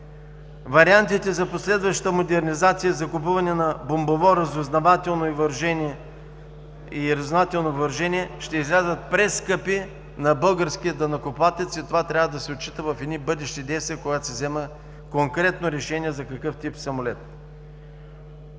Вариантите за последваща модернизация и закупуване на бомбово разузнавателно въоръжение ще излязат прескъпи на българския данъкоплатец и това трябва да се отчита в едни бъдещи действия, когато се взема конкретно решение за какъв тип самолет.